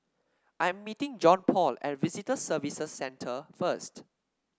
I am meeting Johnpaul at Visitor Services Centre first